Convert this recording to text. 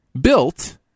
built